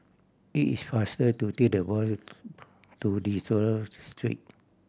it is faster to take the bus to De Souza Street